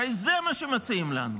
הרי זה מה שמציעים לנו.